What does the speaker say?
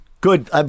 good